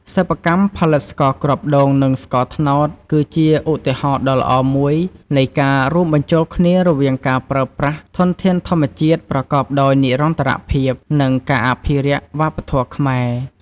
សិប្បកម្មផលិតស្ករគ្រាប់ដូង និងស្ករត្នោត គឺជាឧទាហរណ៍ដ៏ល្អមួយនៃការរួមបញ្ចូលគ្នារវាងការប្រើប្រាស់ធនធានធម្មជាតិប្រកបដោយនិរន្តរភាព និងការអភិរក្សវប្បធម៌ខ្មែរ។